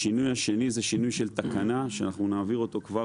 השינוי השני הוא שינוי של תקנה שאנחנו נעביר אותו כבר